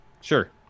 sure